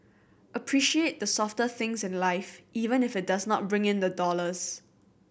appreciate the softer things in life even if it does not bring in the dollars